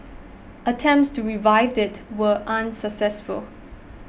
attempts to revive it were unsuccessful